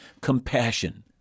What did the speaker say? compassion